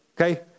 Okay